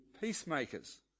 peacemakers